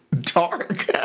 dark